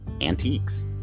antiques